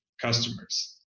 customers